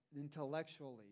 intellectually